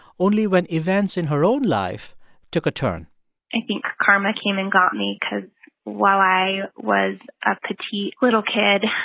only when events in her own life took a turn i think karma came and got me cause while i was a petite, little kid,